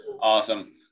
Awesome